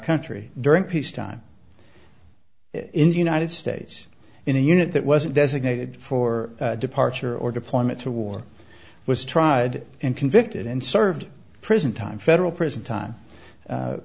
country during peacetime in the united states in a unit that wasn't designated for departure or deployment to war was tried and convicted and served prison time federal prison time